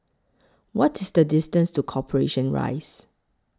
What IS The distance to Corporation Rise